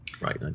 right